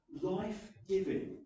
life-giving